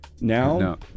Now